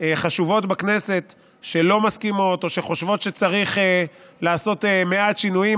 חשובות בכנסת שלא מסכימות או שחושבות שצריך לעשות מעט שינויים,